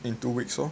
in two weeks orh